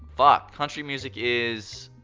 fuck! country music is.